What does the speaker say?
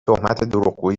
دروغگویی